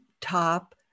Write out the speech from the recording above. top